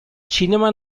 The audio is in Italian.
cinema